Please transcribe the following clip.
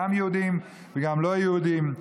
גם יהודים וגם לא יהודים.